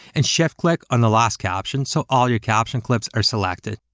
and shift click um the last caption, so all your caption clips are selected.